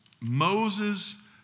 Moses